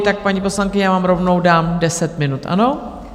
Tak, paní poslankyně, já vám rovnou dám deset minut, ano?